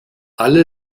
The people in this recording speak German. alle